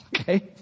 okay